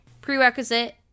Prerequisite